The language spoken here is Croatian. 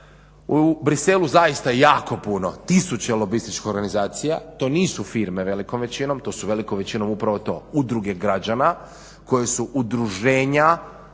U Bruxellesu zaista jako puno, tisuće lobističkih organizacija, to nisu firme velikom većinom, to su velikom većinom upravo to, udruge građana koje su udruženja